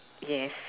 yes